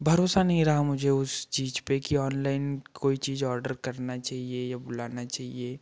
भरोसा नहीं रहा मुझे उस चीज पर कि ऑनलाइन कोई चीज ऑर्डर करना चाहिए या बुलाना चाहिए